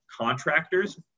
contractors